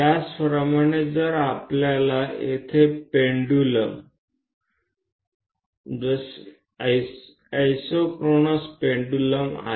તે જ રીતે જો આપણી પાસે પેન્ડુલમ છે આઇસોક્રોનસ પેન્ડુલમ છે